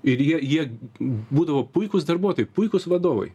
ir jie jie būdavo puikūs darbuotojai puikūs vadovai